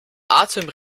atem